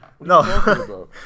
No